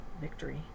victory